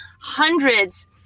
hundreds